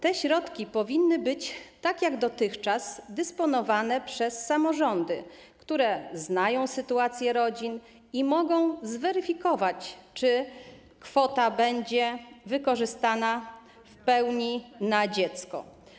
Te środki powinny być tak jak dotychczas dysponowane przez samorządy, które znają sytuację rodzin i mogą zweryfikować, czy kwota będzie wykorzystana w pełni na dziecko.